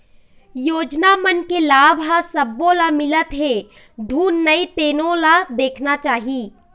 योजना मन के लाभ ह सब्बो ल मिलत हे धुन नइ तेनो ल देखना चाही